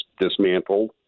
dismantled